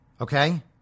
Okay